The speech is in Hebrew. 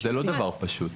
זה לא דבר פשוט.